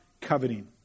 coveting